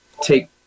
take